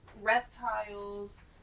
reptiles